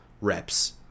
reps